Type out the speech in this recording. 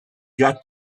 got